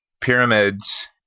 pyramids